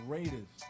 Raiders